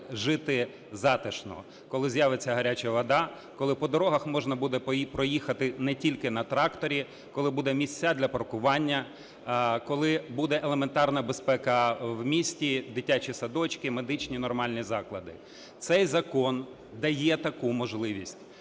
коли з'явиться гаряча вода, коли по дорогах можна буде проїхати не тільки на тракторі, коли будуть місця для паркування, коли буде елементарна безпека в місті, дитячі садочки, медичні нормальні заклади. Цей закон дає таку можливість,